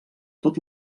tot